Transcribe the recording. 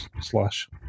slash